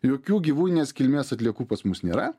jokių gyvūninės kilmės atliekų pas mus nėra